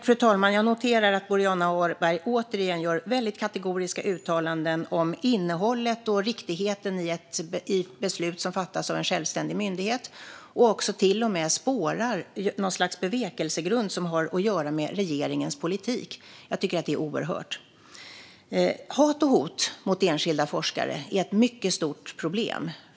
Fru talman! Jag noterar att Boriana Åberg återigen gör väldigt kategoriska uttalanden om innehållet och riktigheten i beslut som fattas av en självständig myndighet. Hon spårar till och med något slags bevekelsegrund som har att göra med regeringens politik. Jag tycker att detta är oerhört. Hat och hot mot enskilda forskare är ett mycket stort problem.